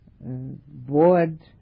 bored